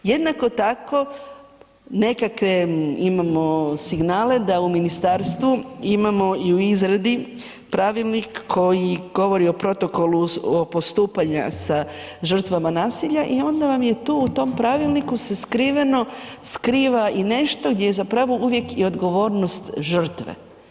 Jednako tako nekakve imamo signale da u ministarstvu imamo i u izradi pravilnik koji govori o protokolu postupanja sa žrtvama nasilja i onda vam je tu, u tom pravilniku se skriveno, skriva i nešto gdje je zapravo uvijek i odgovornost žrtve.